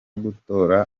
gutora